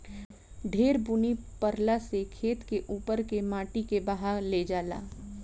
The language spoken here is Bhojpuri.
ढेर बुनी परला से खेत के उपर के माटी के बहा ले जाला